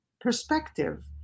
perspective